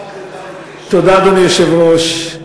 תודה, אדוני היושב-ראש.